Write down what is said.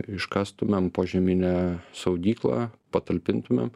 iškastumėm požeminę saugyklą patalpintumėm